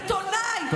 עיתונאי,